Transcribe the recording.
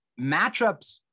matchups